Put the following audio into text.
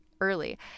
early